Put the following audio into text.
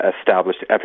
established